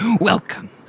Welcome